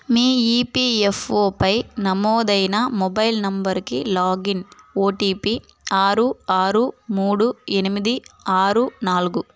మీ ఈపిఎఫ్ఓపై నమోదైన మొబైల్ నంబర్కి లాగిన్ ఓటీపి ఆరు ఆరు మూడు ఎనిమిది ఆరు నాలుగు